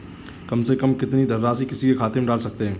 कम से कम कितनी धनराशि किसी के खाते में डाल सकते हैं?